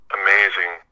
amazing